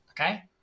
Okay